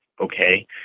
okay